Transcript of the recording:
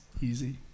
easy